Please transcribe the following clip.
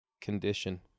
condition